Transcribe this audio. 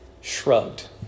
shrugged